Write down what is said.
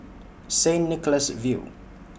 Saint Nicholas View